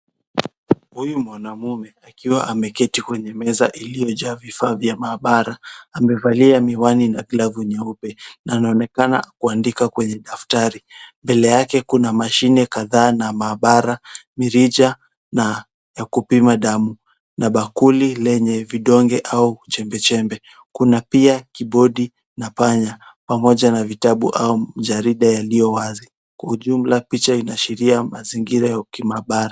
Huyu mwanamume akiwa ameketi kwenye meza iliyojaa vifaa vya maabara, amevalia miwani na glavu nyeupe na anaonekana kuandika kwenye daftari. Mbele yake kuna mashine kadhaa na maabara, mirija na ya kupima damu na bakuli lenye vidonge au chembechembe. Kuna pia kiibodi na panya pamoja na vitabu au mjarida yalio wazi. Kwa ujumla picha inaashiria mazingira ya ukimaabara.